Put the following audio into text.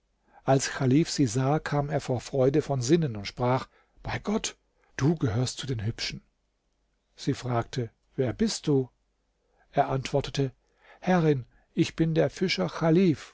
als chalif sie sah kam er vor freude von sinnen und sprach bei gott du gehörst zu den hübschen sie fragte wer bist du er antwortete herrin ich bin der fischer